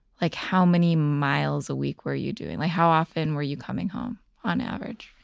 like how many miles a week were you doin'? how often were you coming home on average?